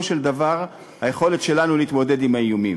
של דבר היכולת שלנו להתמודד עם האיומים.